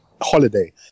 holiday